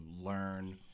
learn